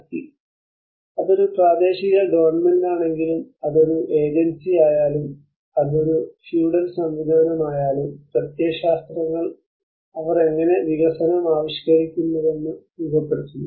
ശക്തി അത് ഒരു പ്രാദേശിക ഗവൺമെന്റാണെങ്കിലും അത് ഒരു ഏജൻസിയായാലും അത് ഒരു ഫ്യൂഡൽ സംവിധാനമായാലും പ്രത്യയശാസ്ത്രങ്ങൾ അവർ എങ്ങനെ വികസനം ആവിഷ്കരിക്കുന്നതെന്ന് രൂപപ്പെടുത്തുന്നു